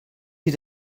sie